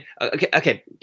okay